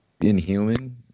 inhuman